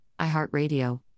iHeartRadio